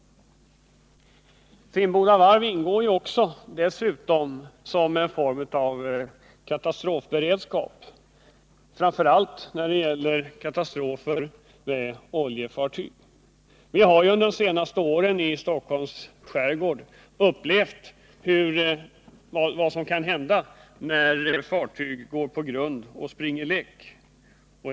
Finnboda Varv ingår dessutom i den civila katastrofberedskapen, framför allt mot olyckor med oljefartyg. Vi har ju under de senaste åren fått uppleva vad som kan hända när fartyg går på grund och springer läck i Stockholms skärgård.